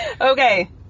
Okay